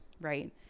right